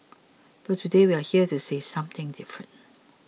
but today we're here to say something different